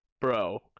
Bro